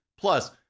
Plus